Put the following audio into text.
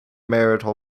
marital